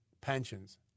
pensions